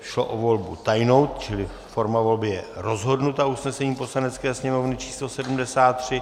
Šlo o volbu tajnou, čili forma volby je rozhodnuta usnesením Poslanecké sněmovny č. 73.